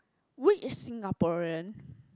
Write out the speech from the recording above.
which Singaporean